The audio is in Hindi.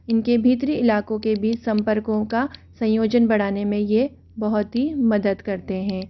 इनके भीतरी इलाको के भी संपर्कों का संयोजन बढ़ाने में ये बहुत ही मदद करते हैं